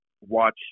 watch